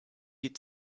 die